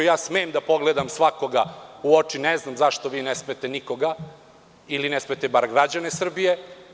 Smem da pogledam svakoga u oči, ne znam zašto vi ne smete nikoga ili ne smete bar građane Srbije.